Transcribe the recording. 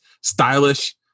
stylish